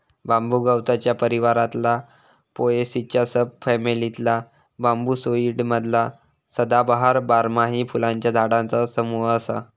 बांबू गवताच्या परिवारातला पोएसीच्या सब फॅमिलीतला बांबूसाईडी मधला सदाबहार, बारमाही फुलांच्या झाडांचा समूह असा